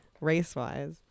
race-wise